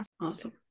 Awesome